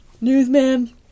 newsman